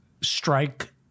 strike